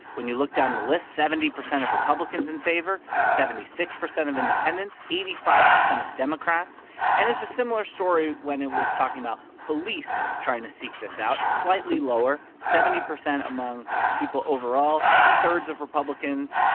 when you look down the list, seventy percent of republicans in favor, seventy six percent of independents, eighty five percent of democrats and it's a similar story when it was talking about police trying to seek this out slightly lower. seventy percent among people overall, two-thirds of republicans.